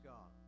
God